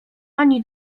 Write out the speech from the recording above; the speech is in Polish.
ani